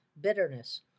bitterness